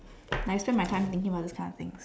I wasted my time thinking about those kind of things